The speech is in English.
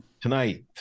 tonight